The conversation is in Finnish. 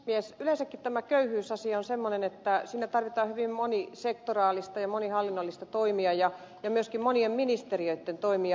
yleensäkin tämä köyhyysasia on semmoinen että siinä tarvitaan hyvin monisektoraalisia ja monihallinnollisia toimia ja myöskin monien ministeriöitten toimia